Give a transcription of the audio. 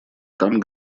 там